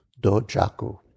Dojaku